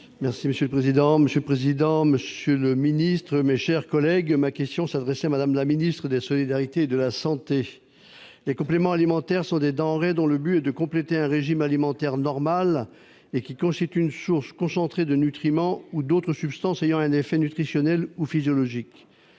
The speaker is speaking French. des solidarités et de la santé. Monsieur le secrétaire d'État, ma question s'adressait à Mme la ministre des solidarités et de la santé. Les compléments alimentaires sont des denrées dont le but est de compléter un régime alimentaire normal et qui constituent une source concentrée de nutriments ou d'autres substances ayant un effet nutritionnel ou physiologique.